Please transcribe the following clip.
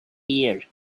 ear